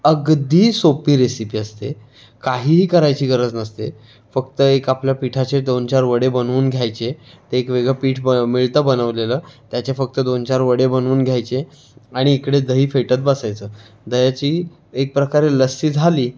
अगदी सोपी रेसिपी असते काहीही करायची गरज नसते फक्त एक आपल्या पिठाचे दोन चार वडे बनवून घ्यायचे ते एक वेगळं पीठ ब मिळतं बनवलेलं त्याचे फक्त दोन चार वडे बनवून घ्यायचे आणि इकडे दही फेटत बसायचं दह्याची एक प्रकारे लस्सी झाली